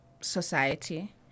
society